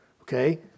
okay